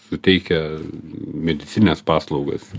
suteikia medicinines paslaugas